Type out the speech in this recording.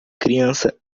criança